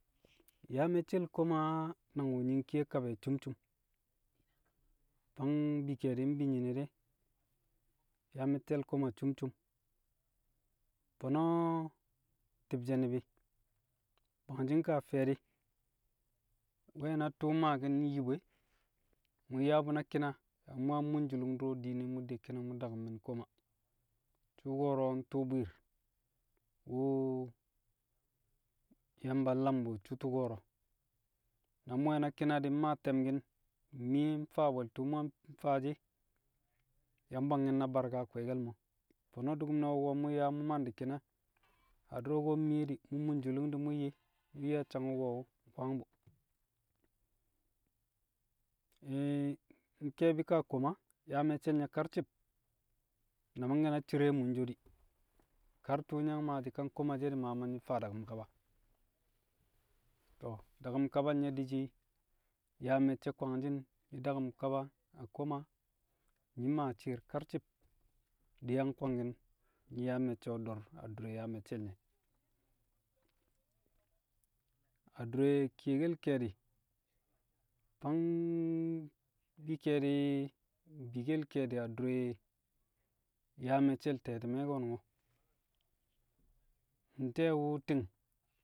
Yaa me̱cce̱l koma nang wu̱ nyi̱ nkiye de kab ẹ cum cum. Fang bi ke̱e̱di̱ mbi nyi̱ne̱ de̱, yaa me̱cce̱l koma cum cum. Fo̱no̱ ti̱bshẹ ni̱bi̱, bwangshi̱ nkaa fi̱ye̱di̱ we̱ na tu̱u̱ maaki̱n nyi bu e. Mu̱ nyaa bu̱ na ki̱na, yaa mu̱ yang munjulung du̱ro̱ diine mu̱ de ki̱na mu̱ daku̱mmi̱n koma. Tu̱ko̱ro̱ ntu̱u̱ bwi̱i̱r, wu̱ Yamba nlam bu̱ su̱u̱ tu̱ko̱ro̱. Na mu̱ nwẹ na ki̱na di̱ mmaa te̱mki̱n, di̱ mmiye mfaa bwe̱l tu̱u̱ mu̱ faa shi̱, yang bwangki̱n na barka a kwe̱e̱ke̱l mo̱. Fo̱no̱ du̱ku̱m nẹ wu̱ko̱ mu̱ nyaa mu̱ mandi̱ ki̱na na du̱ro̱ ko̱ mmiye di̱, mu̱ munjulung di̱ mu̱ yi̱, yi̱ a sang wu̱ko̱ wu̱, nkwang bu̱. Nke̱e̱bi̱ kaa koma, yaa me̱cce̱l nye̱ karci̱b, na mangke̱ na cire a munso di̱, kar tṵṵ nyi̱ yang maashi̱ ka nkomo she̱ di̱ maa ma mfaa daku̱m kaba. To̱, daku̱m kabal nye̱ di̱ shi̱ yaa me̱cce̱ kwangshi̱n, nyi̱ daku̱m kaba a koma, nyi̱ mang shi̱i̱r karci̱b, di̱ yang kwangki̱n, nyi̱ yaa mẹccẹ o̱ dor adure yaa me̱ccẹl nye̱. Adure kiyekel ke̱e̱di̱ fang bi ke̱e̱di̱ bikkel ke̱e̱di̱ adure yaa me̱cce̱l te̱ti̱me̱ ko̱nu̱ngo̱, nte̱e̱ wu̱ ti̱ng.